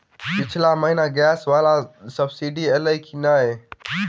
पिछला महीना गैस वला सब्सिडी ऐलई की नहि?